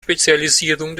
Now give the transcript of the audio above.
spezialisierung